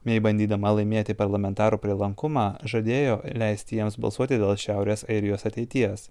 mey bandydama laimėti parlamentaro prielankumą žadėjo leisti jiems balsuoti dėl šiaurės airijos ateities